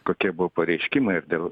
kokie buvo pareiškimai dėl